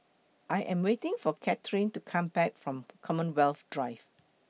I Am waiting For Katherine to Come Back from Commonwealth Drive